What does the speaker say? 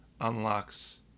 unlocks